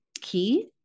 key